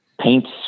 paints